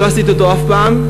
משהו שלא עשיתי אף פעם.